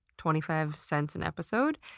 twenty five cents an episode,